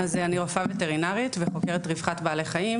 אני רופאה וטרינרית וחוקרת רווחת בעלי חיים,